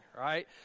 Right